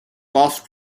cost